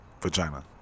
Vagina